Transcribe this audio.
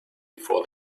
before